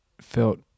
felt